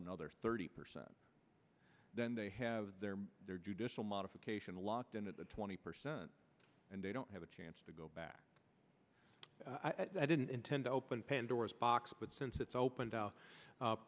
another thirty percent then they have their judicial modification locked into the twenty percent and they don't have a chance to go back i didn't intend to open pandora's box but since it's opened